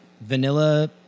Vanilla